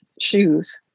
shoes